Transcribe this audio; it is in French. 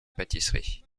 pâtisserie